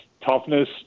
toughness